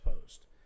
post